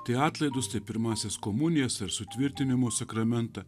tai atlaidus tai pirmąsias komunijas ar sutvirtinimų sakramentą